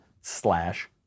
slash